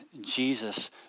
Jesus